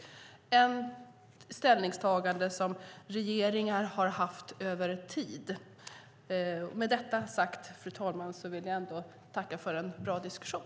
Det är ett ställningstagande som regeringar har haft över tid. Med detta vill jag tacka för en bra diskussion.